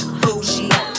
bougie